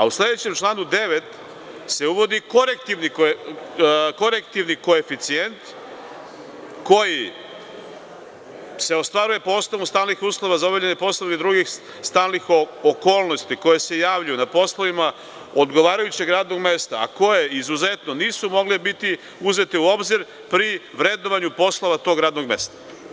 U sledećem članu 9. se uvodi korektivni koeficijent koji se ostvaruje po osnovu stalnih uslova za obavljanje poslova i drugih stalnih okolnosti koje se javljaju na poslovima odgovarajućeg radnog mesta, a koje izuzetno nisu mogle biti uzete u obzir pri vrednovanju poslova tog radnog mesta.